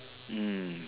mm